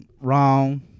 Wrong